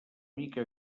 mica